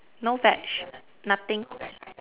no veg nothing